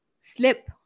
slip